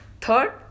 Third